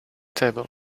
table